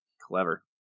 Clever